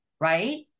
Right